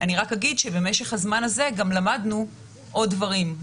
במשך הזמן הזה למדנו עוד דברים,